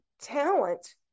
talent